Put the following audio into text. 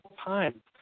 time